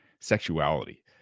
sexuality